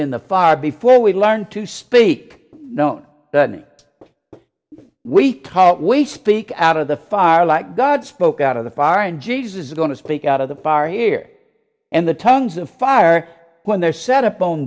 in the far before we learn to speak no we taught we speak out of the fire like god spoke out of the fire and jesus is going to speak out of the fire here and the tongues of fire when they're set upon